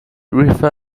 river